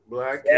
Black